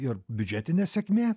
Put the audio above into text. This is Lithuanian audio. ir biudžetinė sėkmė